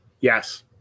Yes